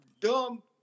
dumb